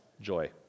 joy